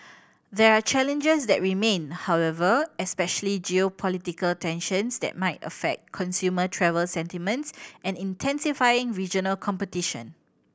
there are challenges that remain however especially geopolitical tensions that might affect consumer travel sentiments and intensifying regional competition